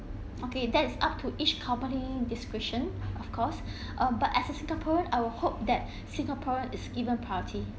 okay that is up to each company's discretion of course uh but as a singaporean I will hope that singaporean is given priority